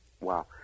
Wow